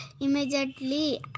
immediately